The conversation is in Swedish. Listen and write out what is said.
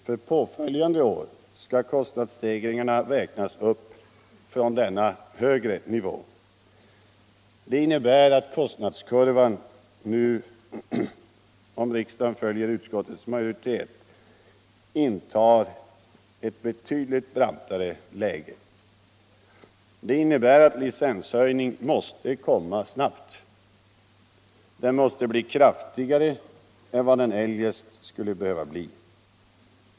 För påföljande år skall kostnads stegringarna räknas upp från denna högre nivå. Allt detta innebär att kostnadskurvan nu —- om riksdagen följer utskottsmajoriteten — uppvisar en betydligt brantare lutning. Och det innebär att en licenshöjning måste komma snabbt. Den måste bli kraftigare än vad den eljest skulle behöva bli.